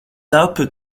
output